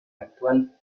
actual